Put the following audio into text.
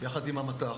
יחד עם המת"ח,